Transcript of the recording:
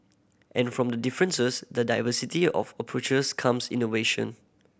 and from the differences the diversity of approaches comes innovation